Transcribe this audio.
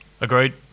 Agreed